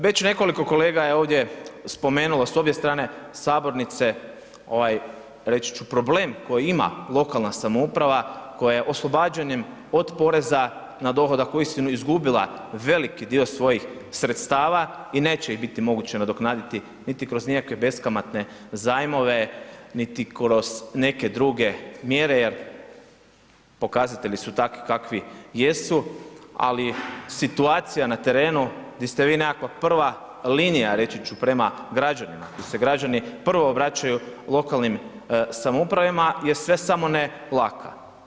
Već nekoliko kolega je ovdje spomenulo s obje strane sabornice ovaj reći ću problem koji ima lokalna samouprava, koja oslobađanjem od poreza na dohodak uistinu izgubila veliki dio svojih sredstava i neće ih biti moguće nadoknaditi niti kroz nikakve beskamatne zajmove niti kroz neke druge mjere jer pokazatelji su takvi kakvi jesu, ali situacija na terenu di ste vi nekakva linija reći ću prema građanima, di se građani prvo obraćaju lokalnim samoupravama je sve samo ne laka.